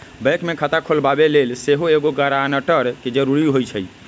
bank में खता खोलबाबे लेल सेहो एगो गरानटर के जरूरी होइ छै